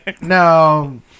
No